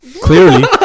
Clearly